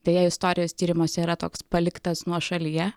deja istorijos tyrimuose yra toks paliktas nuošalyje